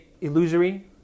illusory